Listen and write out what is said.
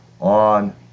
on